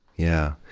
yeah.